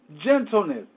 gentleness